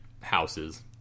houses